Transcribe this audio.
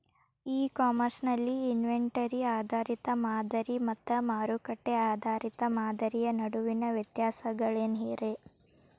E commerce ನಲ್ಲಿ inventory ಆಧಾರಿತ ಮಾದರಿ ಮತ್ತ ಮಾರುಕಟ್ಟೆ ಆಧಾರಿತ ಮಾದರಿಯ ನಡುವಿನ ವ್ಯತ್ಯಾಸಗಳೇನ ರೇ?